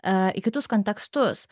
a į kitus kontekstus